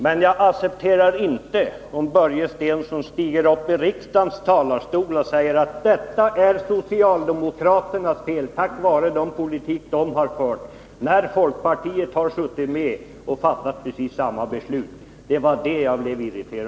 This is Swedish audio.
Men jag accepterar inte om Börje Stensson stiger upp i kammarens talarstol och säger att detta är socialdemokraternas fel, att det är en följd av den politik vi har fört — när folkpartiet har suttit med och fattat besluten.